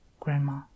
Grandma